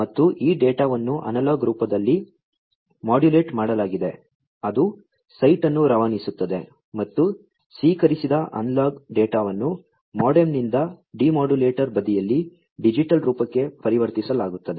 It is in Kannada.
ಮತ್ತು ಈ ಡೇಟಾವನ್ನು ಅನಲಾಗ್ ರೂಪದಲ್ಲಿ ಮಾಡ್ಯುಲೇಟ್ ಮಾಡಲಾಗಿದೆ ಅದು ಸೈಟ್ ಅನ್ನು ರವಾನಿಸುತ್ತದೆ ಮತ್ತು ಸ್ವೀಕರಿಸಿದ ಅನಲಾಗ್ ಡೇಟಾವನ್ನು MODEM ನಿಂದ ಡಿಮೋಡ್ಯುಲೇಟರ್ ಬದಿಯಲ್ಲಿ ಡಿಜಿಟಲ್ ರೂಪಕ್ಕೆ ಪರಿವರ್ತಿಸಲಾಗುತ್ತದೆ